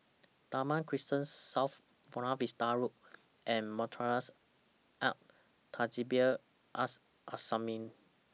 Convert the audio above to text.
Damai Crescent South Buona Vista Road and Madrasah Al Tahzibiah Al Islamiah